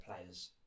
players